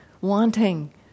wanting